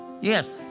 yes